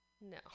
No